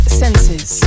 senses